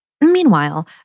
Meanwhile